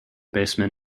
basemen